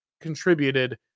contributed